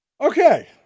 Okay